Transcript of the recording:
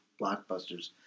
blockbusters